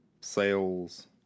sales